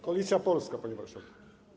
Koalicja Polska, panie marszałku.